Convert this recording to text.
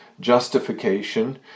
Justification